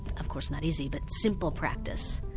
of course not easy but simple practice.